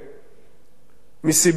מסיבות תכנוניות,